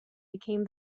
became